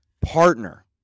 partner